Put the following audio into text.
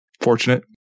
fortunate